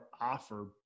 offer